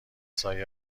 سایه